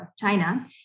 China